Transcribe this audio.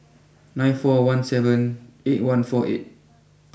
nine four one seven eight one four eight